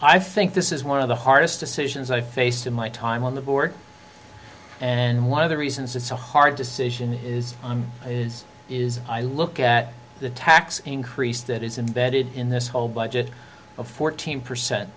i think this is one of the hardest decisions i've faced in my time on the board and one of the reasons it's a hard decision is is is i look at the tax increase that is in bedded in this whole budget of fourteen percent